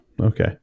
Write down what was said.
okay